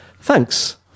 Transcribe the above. thanks